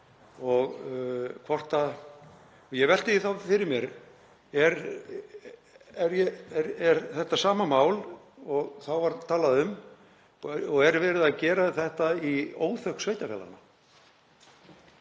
í áratugi. Ég velti því þá fyrir mér er: Er þetta sama mál og þá var talað um og er verið að gera þetta í óþökk sveitarfélaganna?